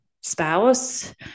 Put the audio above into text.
spouse